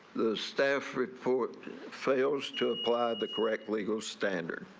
the staff report fails to apply the correct legal standard.